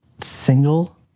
single